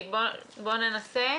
כפי שציינת,